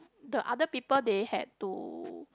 the other people they had to